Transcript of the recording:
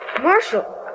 Marshall